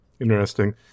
Interesting